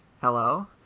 hello